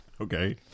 Okay